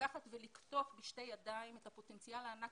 לקחת ולקטוף בשתי ידיים את הפוטנציאל הענק